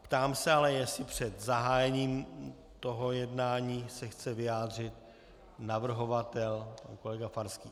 Ptám se ale, jestli se před zahájením jednání chce vyjádřit navrhovatel kolega Farský.